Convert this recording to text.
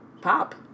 Pop